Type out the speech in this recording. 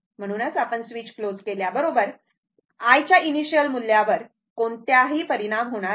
म्हणूनच आपण switch close केल्याबरोबर i च्या इनिशियल मूल्यावर कोणताही परिणाम होणार नाही